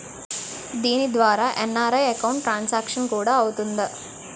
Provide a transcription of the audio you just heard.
దీని ద్వారా NRI account transaction కూడా అవుతుందా?